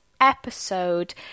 episode